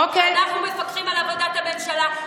אנחנו מפקחים על עבודת הממשלה,